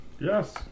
Yes